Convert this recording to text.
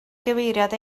gyfeiriad